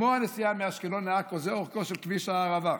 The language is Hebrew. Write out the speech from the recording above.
כמו הנסיעה מאשקלון לעכו, זה אורכו של כביש הערבה.